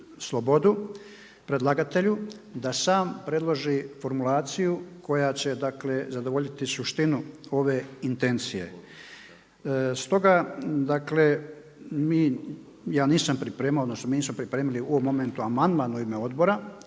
slobodu predlagatelju da sam predloži formulaciju koja će, dakle zadovoljiti suštinu ove intencije. Stoga dakle mi, ja nisam pripremao, odnosno mi nismo pripremili u ovom momentu amandman u ime odbora.